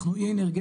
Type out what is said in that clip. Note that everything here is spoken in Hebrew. אנחנו אי אנרגטי,